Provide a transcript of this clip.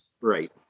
Right